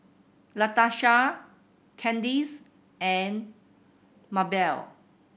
Latarsha Candis and Mabell